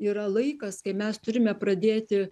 yra laikas kai mes turime pradėti